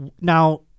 Now